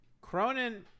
Cronin